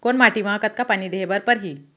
कोन माटी म कतका पानी देहे बर परहि?